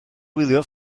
gwylio